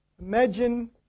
Imagine